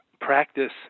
practice